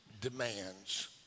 demands